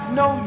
no